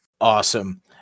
Awesome